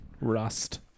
Rust